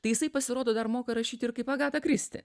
tai jisai pasirodo dar moka rašyti ir kaip agata kristi